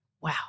wow